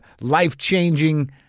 life-changing